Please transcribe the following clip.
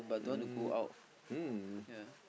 um mm